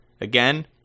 Again